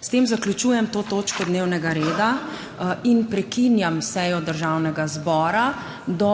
S tem zaključujem to točko dnevnega reda in prekinjam sejo Državnega zbora do